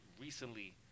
recently